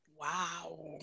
Wow